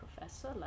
professor